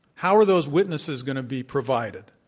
how are those witnesses going to be provided.